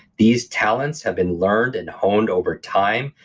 these talents have been learned and honed over time,